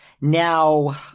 Now